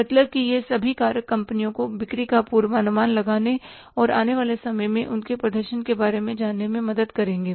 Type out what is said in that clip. मतलब कि यह सभी कारक कंपनियों को बिक्री का पूर्वानुमान लगाने और आने वाले समय में उनके प्रदर्शन के बारे में जानने में मदद करेंगे